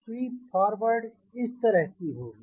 SVEEP forward इस तरह की होगी